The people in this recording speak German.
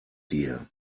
dir